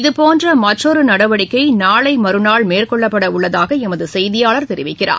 இதபோன்ற மற்றொரு நடவடிக்கை நாளை மறநாள் மேற்கொள்ளப்பட உள்ளதாக எமது செய்தியாளர் தெரிவிக்கிறார்